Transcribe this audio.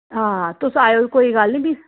हां तुस आएओ कोई गल्ल निं फ्ही